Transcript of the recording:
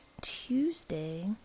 Tuesday